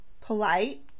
polite